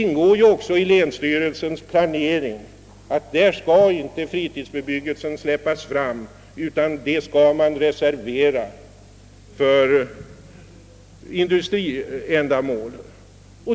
I länsstyrelsens planering ingår också att fritidsbebyggel sen inte skall släppas fram i detta område, utan att det skall reserveras för industriändamål.